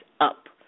up